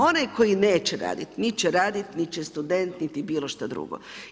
Onaj koji neće raditi nit će raditi niti će student niti bilo što drugo.